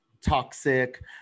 toxic